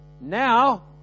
Now